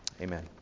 Amen